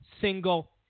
single